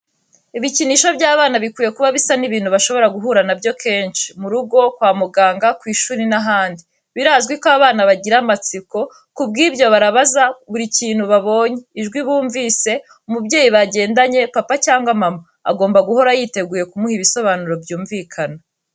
Ibikinisho by'abana bikwiye kuba bisa n'ibintu bashobora guhura na byo kenshi: mu rugo, kwa muganga, ku ishuri n'ahandi; birazwi ko abana bagira amatsiko, ku bw'ibyo barabaza, buri kintu babonye, ijwi bumvise; umubyeyi bagendanye, papa cyangwa mama, agomba guhora yiteguye kumuha ibisobanuro byumvikana.